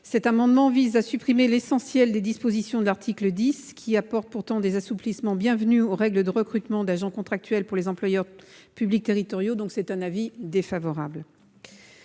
122 rectifié vise à supprimer l'essentiel des dispositions de l'article 10, qui apporte pourtant des assouplissements bienvenus aux règles de recrutement d'agents contractuels par les employeurs publics territoriaux. La commission a donc émis un avis défavorable.